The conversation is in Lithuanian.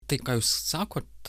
tai ką jūs sakot